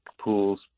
pool's